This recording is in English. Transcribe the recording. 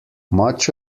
much